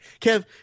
Kev